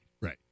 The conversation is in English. Right